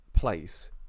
place